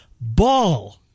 ball